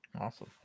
Awesome